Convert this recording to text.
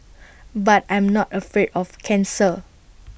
but I'm not afraid of cancer